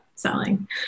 selling